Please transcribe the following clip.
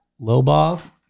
Lobov